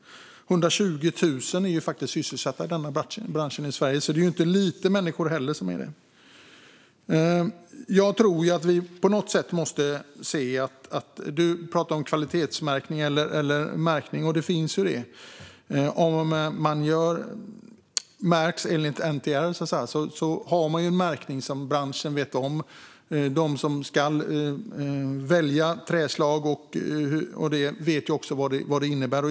120 000 människor är sysselsatta i denna bransch i Sverige. Det är alltså inte få människor som är det. Ministern pratade om märkning. Om man märker träprodukter enligt NTR är det en märkning som branschen känner till. De som ska välja träslag vet också vad det innebär.